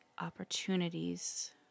opportunities